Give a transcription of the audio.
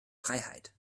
freiheit